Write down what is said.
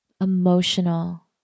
emotional